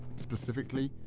specifically,